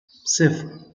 صفر